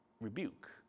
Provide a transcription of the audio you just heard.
rebuke